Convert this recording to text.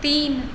तीन